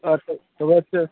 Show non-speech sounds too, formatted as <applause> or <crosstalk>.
আচ্ছা <unintelligible>